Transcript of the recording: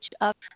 up